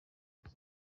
umuze